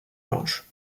blanches